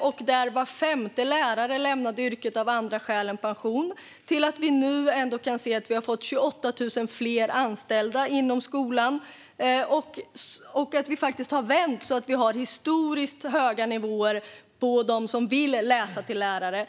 och var femte lärare lämnade yrket av andra skäl än pension. Nu har vi fått 28 000 fler anställda inom skolan, och vi har vänt det så att det är historiskt många som vill läsa till lärare.